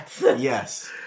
Yes